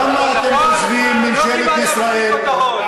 למה אתם חושבים שממשלת ישראל,